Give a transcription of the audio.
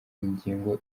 ngingo